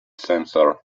sensor